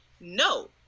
No